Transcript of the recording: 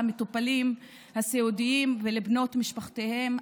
למטופלים הסיעודיים ולבנות משפחותיהם.